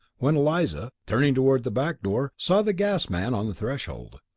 when eliza, turning toward the back door, saw the gas-man on the threshold.